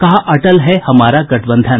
कहा अटल है हमारा गठबंधन